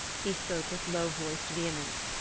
he spoke with low-voiced vehemence.